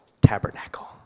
tabernacle